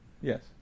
yes